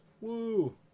woo